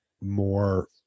more